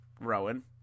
Rowan